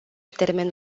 termen